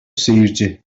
seyirci